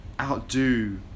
outdo